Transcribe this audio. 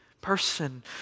person